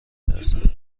ترسم